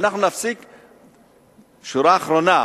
שורה אחרונה: